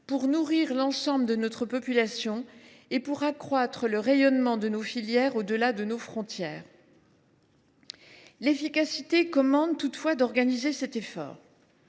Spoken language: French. pour nourrir l’ensemble de notre population et pour accroître le rayonnement de nos filières au delà de nos frontières. L’efficacité commande toutefois d’organiser cet effort.